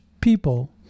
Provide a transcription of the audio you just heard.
people